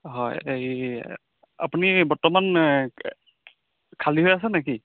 হয় এই আপুনি বৰ্তমান খালী হৈ আছে নেকি